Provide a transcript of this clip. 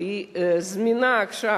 שהיא זמינה עכשיו,